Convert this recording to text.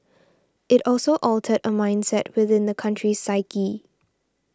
it also altered a mindset within the country's psyche